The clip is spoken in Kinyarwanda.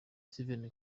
steven